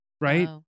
right